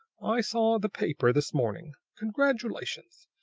i saw the paper this morning. congratulations!